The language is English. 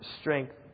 strength